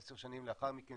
עשר שנים לאחר מכן,